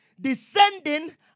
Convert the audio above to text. descending